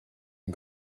and